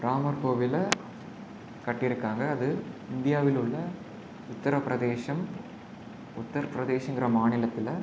ராமர் கோவிலை கட்டியிருக்காங்க அது இந்தியாவிலுள்ள உத்திரபிரதேசம் உத்திரப்பிரதேஷ்ங்கிற மாநிலத்தில்